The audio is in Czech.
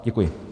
Děkuji.